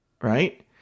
right